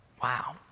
Wow